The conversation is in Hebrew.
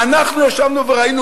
אנחנו ישבנו וראינו.